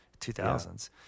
2000s